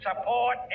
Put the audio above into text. support